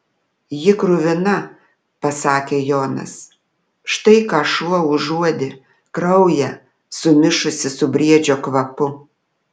ji kruvina pasakė jonas štai ką šuo užuodė kraują sumišusį su briedžio kvapu